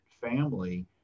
family